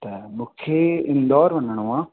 त मूंखे इंदौर वञिणो आहे